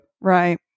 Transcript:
right